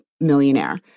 millionaire